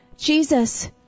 jesus